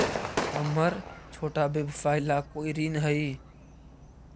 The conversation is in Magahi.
हमर छोटा व्यवसाय ला कोई ऋण हई?